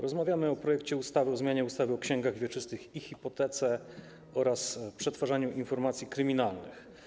Rozmawiamy o projekcie ustawy o zmianie ustawy o księgach wieczystych i hipotece oraz ustawy o przetwarzaniu informacji kryminalnych.